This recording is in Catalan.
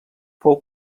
fou